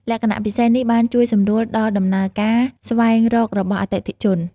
លក្ខណៈពិសេសនេះបានជួយសម្រួលដល់ដំណើរការស្វែងរករបស់អតិថិជន។